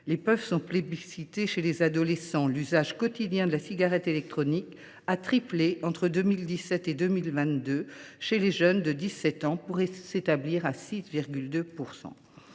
Les puffs sont plébiscitées chez les adolescents. L’usage quotidien de la cigarette électronique a triplé entre 2017 et 2022 chez les jeunes de 17 ans, pour s’établir à 6,2 %.